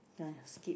!aiya! skip